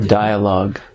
dialogue